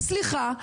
סליחה,